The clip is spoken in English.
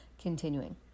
Continuing